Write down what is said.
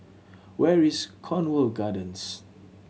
where is Cornwall Gardens